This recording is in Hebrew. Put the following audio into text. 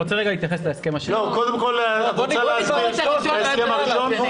קודם כל צריך להסביר את ההסכם הראשון.